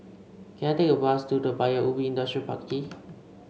can I take a bus to Paya Ubi Industrial Park E